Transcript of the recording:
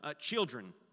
children